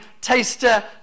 taster